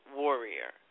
warrior